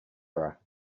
era